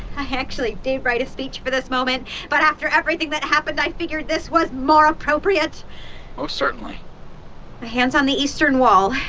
i actually did write a speech for this moment but after everything that happened, i figured this was more appropriate most certainly my hand is on the eastern wall.